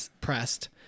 pressed